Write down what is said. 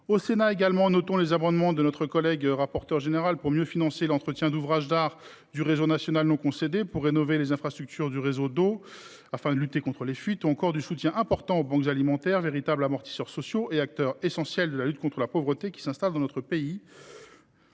notons également les amendements de notre rapporteur général visant à mieux financer l’entretien des ouvrages d’art du réseau national non concédé, à rénover les infrastructures du réseau d’eau, afin de lutter contre les fuites, ou encore à apporter un soutien important aux banques alimentaires, véritables amortisseurs sociaux et acteurs essentiels de la lutte contre la pauvreté qui s’installe dans notre pays.